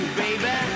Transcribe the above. baby